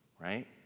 Right